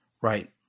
Right